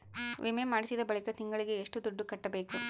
ವಿಮೆ ಮಾಡಿಸಿದ ಬಳಿಕ ತಿಂಗಳಿಗೆ ಎಷ್ಟು ದುಡ್ಡು ಕಟ್ಟಬೇಕು?